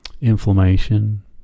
inflammation